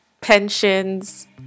pensions